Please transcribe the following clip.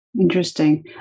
Interesting